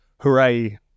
hooray